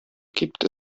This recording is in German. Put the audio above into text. gibt